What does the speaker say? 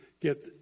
get